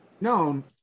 No